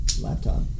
laptop